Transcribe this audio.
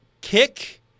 kick